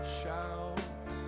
shout